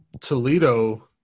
toledo